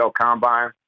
Combine